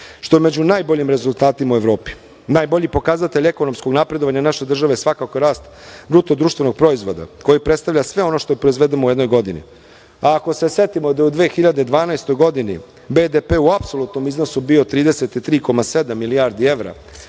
što je među najboljim rezultatima u Evropi. Najbolji pokazatelj ekonomskog napredovanja naše države je svakako rast bruto društvenog proizvoda, koji predstavlja sve ono što proizvedemo u jednoj godini. Ako se setimo da je u 2012. godini BDP u apsolutnom iznosu bio 33,7 milijardi evra,